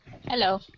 Hello